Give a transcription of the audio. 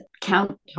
count